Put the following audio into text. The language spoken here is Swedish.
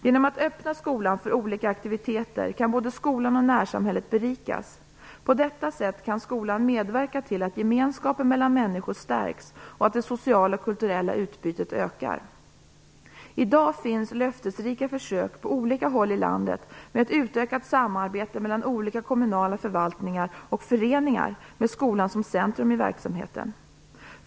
Genom att man öppnar skolan för olika aktiviteter kan både skolan och närsamhället berikas. På detta sätt kan skolan medverka till att gemenskapen emellan människor stärks och att det sociala och kulturella utbytet ökar. I dag finns det löftesrika försök på olika håll i landet med ett utökat samarbete mellan olika kommunala förvaltningar och föreningar med skolan som centrum i verksamheten.